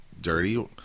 dirty